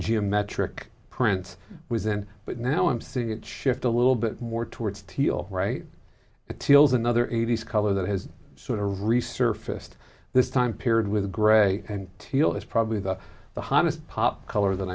geometric print was in but now i'm seeing it shift a little bit more towards teal right teal's another eighty's color that has sort of resurfaced this time period with grey and teal is probably the the hottest pop color that